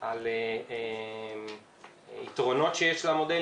יכולים לראות שבצד השמאלי יש לנו תיאור של כל המקטעים